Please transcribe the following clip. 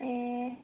ए